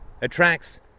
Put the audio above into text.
attracts